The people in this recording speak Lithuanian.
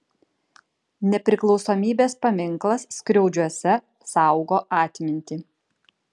nepriklausomybės paminklas skriaudžiuose saugo atmintį